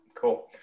cool